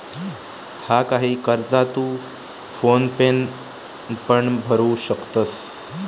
हा, काही कर्जा तू फोन पेन पण भरू शकतंस